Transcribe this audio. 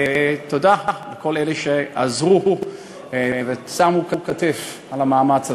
תודה לכל אלה שעזרו ונתנו כתף במאמץ הזה.